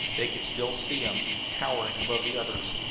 they could still see him, towering above the others,